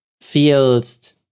feels